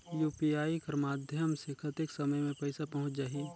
UPI कर माध्यम से कतेक समय मे पइसा पहुंच जाहि?